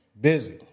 Busy